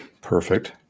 Perfect